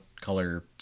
color